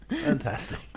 Fantastic